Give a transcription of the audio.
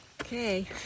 okay